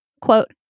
Quote